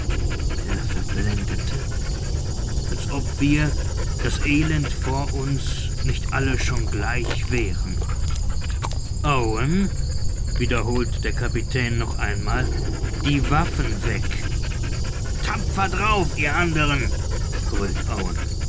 der verblendete als ob wir das elend vor uns nicht alle schon gleich wären owen wiederholt der kapitän noch einmal die waffen weg tapfer drauf ihr anderen